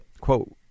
quote